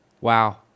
Wow